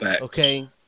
Okay